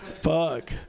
Fuck